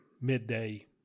midday